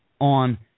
on